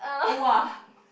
!wah!